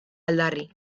aldarri